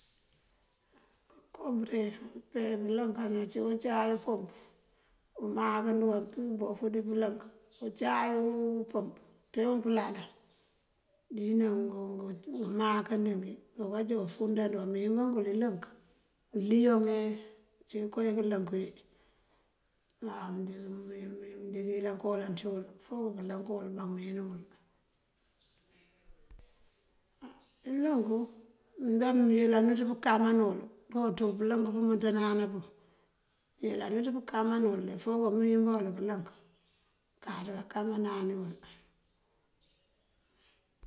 Ngëko bëreŋ, umpee bëlënkan ací ucaay umpëmp maa nguumbëliyeng abof dí bëlënkan. Ucaay umpëmp, peewun pëlal. Din umaankandínin karunkanja ufuundaand mee uwinëwël ilënk. Uliyoŋ ací koowi këëlënk máa mëëndi kayëlan kooloŋ ţí uwel. Uliluwanku mëënjá mëëyëlaniţ pëëkaaman uwël doowunţi pëëlënk pëëmëënţ dáanápun. Mëëyëlaniţ pëënkámaan uwël, il fo mëëwín báwël këëlënk.